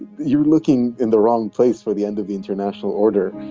you're looking in the wrong place for the end of the international order